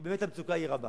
כי באמת המצוקה היא רבה.